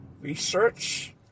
research